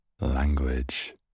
Language